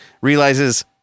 realizes